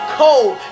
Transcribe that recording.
cold